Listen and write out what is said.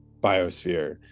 biosphere